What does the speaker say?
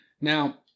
Now